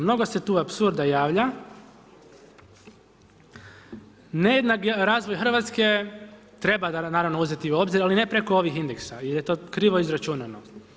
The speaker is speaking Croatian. Mnogo se tu apsurda javlja, nejednaki razvoj Hrvatske treba naravno uzeti u obzir ali ne preko ovih indeksa jer je to krivo izračunano.